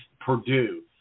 Purdue